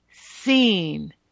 seen